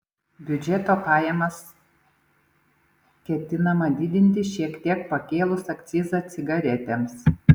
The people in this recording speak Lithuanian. biudžeto pajamas ketinama didinti šiek tiek pakėlus akcizą cigaretėms